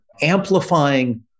amplifying